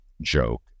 joke